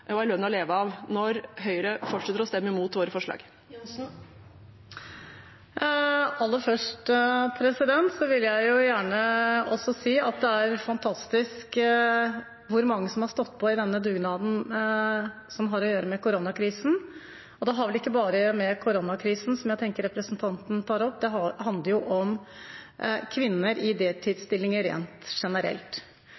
og en lønn å leve av – når Høyre fortsetter å stemme imot våre forslag? Aller først vil jeg gjerne si at det er fantastisk hvor mange som har stått på i denne dugnaden som har å gjøre med koronakrisen. Det har vel ikke bare med koronakrisen å gjøre, tenker jeg, det som representanten tar opp. Det handler jo om kvinner i